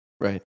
Right